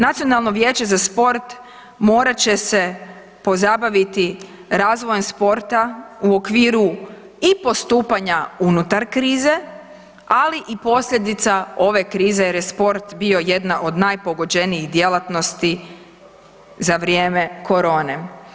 Nacionalno vijeće za sport morat će se pozabaviti razvojem sporta u okviru i postupanja unutar krize, ali i posljedica ove krize jer je sport bio jedna od najpogođenijih djelatnosti za vrijeme korone.